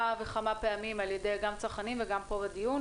וכמה פעמים גם על-ידי צרכנים וגם פה בדיון.